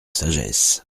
sagesse